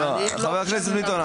חבר הכנסת ביטון,